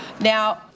Now